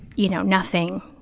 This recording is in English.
you know, nothing,